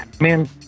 Man